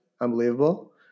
Unbelievable